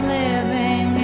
living